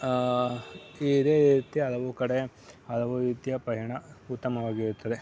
ಇದೇ ರೀತಿ ಹಲವು ಕಡೆ ಹಲವು ರೀತಿಯ ಪಯಣ ಉತ್ತಮವಾಗಿರುತ್ತದೆ